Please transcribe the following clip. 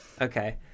Okay